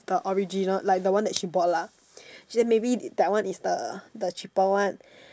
the original like the one that she bought lah she say maybe that one is the the cheaper one